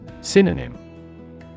Synonym